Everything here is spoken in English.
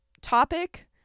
topic